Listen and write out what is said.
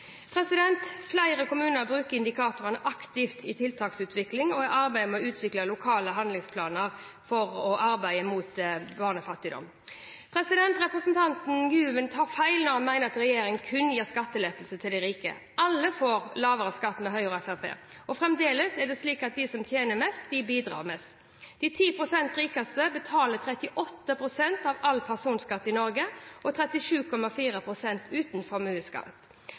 Flere kommuner bruker indikatorene aktivt i tiltaksutvikling og i arbeidet med å utvikle lokale handlingsplaner for å arbeide mot barnefattigdom. Representanten Güven tar feil når han mener at regjeringen kun gir skattelettelse til de rike. Alle får lavere skatt med Høyre og Fremskrittspartiet. Og fremdeles er det slik at de som tjener mest, bidrar mest. De 10 pst. rikeste betaler 38 pst. av all personskatt i Norge, 37,4 pst. uten formuesskatt.